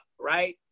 right